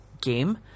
game